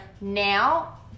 now